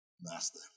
master